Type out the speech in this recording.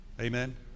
Amen